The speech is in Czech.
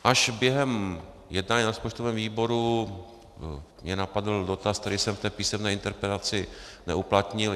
Až během jednání na rozpočtovém výboru mě napadl dotaz, který jsem v té písemné interpelaci neuplatnil.